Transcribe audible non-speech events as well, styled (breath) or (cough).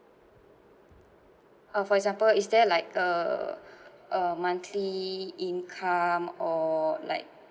uh for example is there like a (breath) a monthly income or like